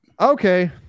okay